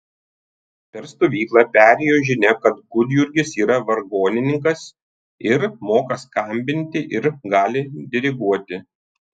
per stovyklą perėjo žinia kad gudjurgis yra vargonininkas ir moka skambinti ir gali diriguoti